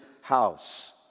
house